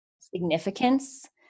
significance